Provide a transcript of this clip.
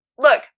Look